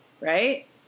right